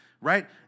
right